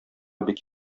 бик